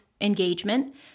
engagement